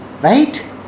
right